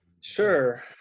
Sure